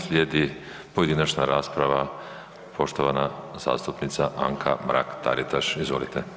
Slijedi pojedinačna rasprava, poštovana zastupnica Anka Mrak-Taritaš, izvolite.